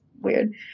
weird